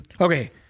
okay